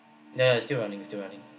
yeah it still running still running